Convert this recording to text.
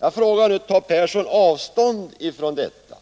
Tar nu herr Persson avstånd från detta